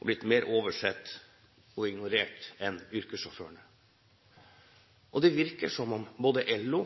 og blitt mer oversett og ignorert enn yrkessjåførene. Det virker som om både LO